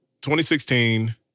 2016